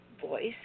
voice